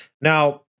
now